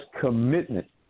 commitment